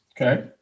Okay